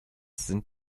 sind